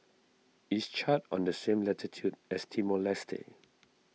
is Chad on the same latitude as Timor Leste